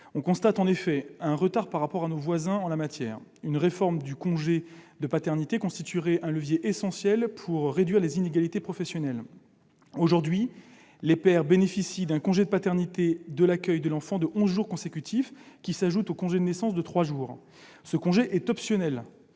la France accuse un retard par rapport à ses voisins. Une réforme du congé de paternité constituerait un levier essentiel pour réduire les inégalités professionnelles. Aujourd'hui, les pères bénéficient d'un congé de paternité et d'accueil de l'enfant de onze jours consécutifs, qui s'ajoute au congé de naissance de trois jours. Ce congé est optionnel.